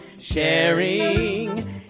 sharing